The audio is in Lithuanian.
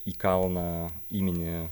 į kalną įmini